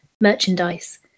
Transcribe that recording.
merchandise